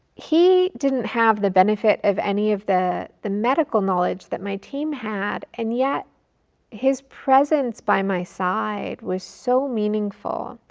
he didn't have the benefit of any of the the medical knowledge that my team had, and yet his presence by my side was so meaningful.